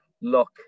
look